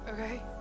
Okay